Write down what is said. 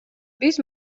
биз